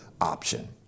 option